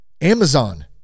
Amazon